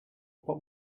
but